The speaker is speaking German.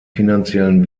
finanziellen